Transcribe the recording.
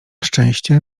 szczęście